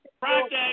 project